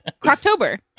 Croctober